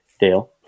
Dale